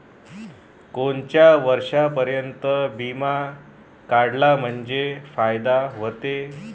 कोनच्या वर्षापर्यंत बिमा काढला म्हंजे फायदा व्हते?